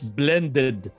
blended